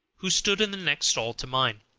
who stood in the next stall to mine.